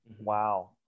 Wow